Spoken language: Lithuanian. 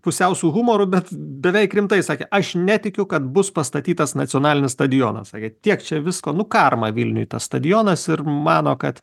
pusiau su humoru bet beveik rimtai sakė aš netikiu kad bus pastatytas nacionalinis stadionas sakė tiek čia visko nu karma vilniuj tas stadionas ir mano kad